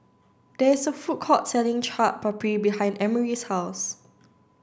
there is a food court selling Chaat Papri behind Emory's house